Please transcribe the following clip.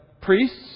priests